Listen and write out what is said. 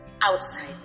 outside